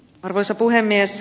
arvoisa puhemies